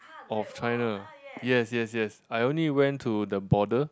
of China yes yes yes I only went to the border